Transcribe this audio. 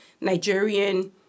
Nigerian